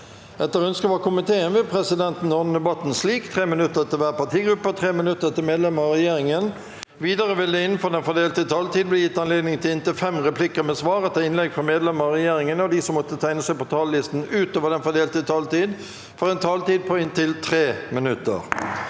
forvaltningskomiteen vil presidenten ordne debatten slik: 3 minutter til hver partigruppe og 3 minutter til medlemmer av regjeringen. Videre vil det – innenfor den fordelte taletid – bli gitt anledning til inntil fem replikker med svar etter innlegg fra medlemmer av regjeringen, og de som måtte tegne seg på talerlisten utover den fordelte taletid, får også en taletid på inntil 3 minutter.